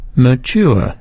mature